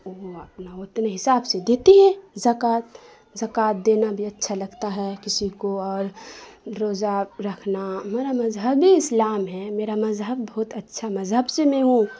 وہ اپنا اتنے حساب سے دیتے ہیں زکوٰۃ زکوٰۃ دینا بھی اچھا لگتا ہے کسی کو اور روزہ رکھنا میرا مذہب ہی اسلام ہے میرا مذہب بہت اچھا مذہب سے میں ہوں